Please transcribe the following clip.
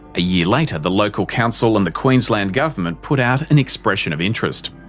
a year later the local council and the queensland government put out an expression of interest.